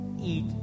eat